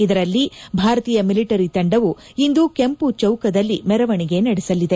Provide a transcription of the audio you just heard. ಇದರಲ್ಲಿ ಭಾರತೀಯ ಮಿಲಿಟರಿ ತಂಡವು ಇಂದು ಕೆಂಪುಚೌಕದಲ್ಲಿ ಮೆರವಣಿಗೆ ನಡೆಸಲಿದೆ